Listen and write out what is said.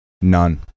None